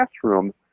classroom